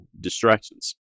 Distractions